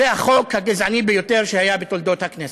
זה החוק הגזעני ביותר שהיה בתולדות הכנסת.